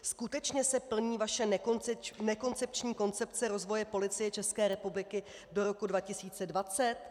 Skutečně se plní vaše nekoncepční koncepce rozvoje Policie České republiky do roku 2020?